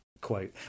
quote